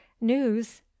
news